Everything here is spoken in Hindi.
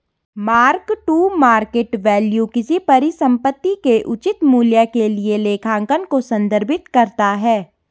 मार्क टू मार्केट वैल्यू किसी परिसंपत्ति के उचित मूल्य के लिए लेखांकन को संदर्भित करता है